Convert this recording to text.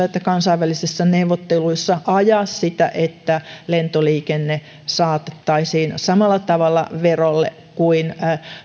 että kansainvälisissä neuvotteluissa ajaa sitä että lentoliikenne saatettaisiin samalla tavalla verolle kuin